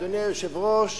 אדוני היושב-ראש,